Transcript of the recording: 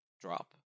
drop